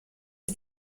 ist